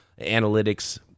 analytics